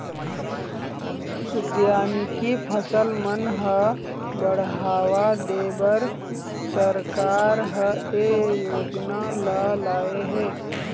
उद्यानिकी फसल मन ह बड़हावा देबर सरकार ह ए योजना ल लाए हे